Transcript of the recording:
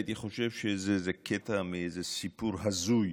הייתי חושב שזה איזה קטע מסיפור הזוי